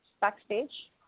Backstage